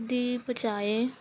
ਦੀ ਬਜਾਏ